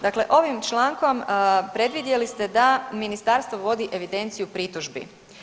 Dakle, ovim člankom predvidjeli ste da ministarstvo vodi evidenciju pritužbi.